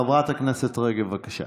חברת הכנסת רגב, בבקשה.